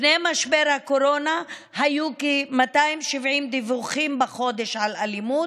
לפני משבר הקורונה היו כ-270 דיווחים בחודש על אלימות,